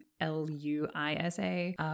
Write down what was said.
L-U-I-S-A